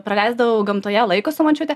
praleisdavau gamtoje laiko su močiute